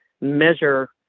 measure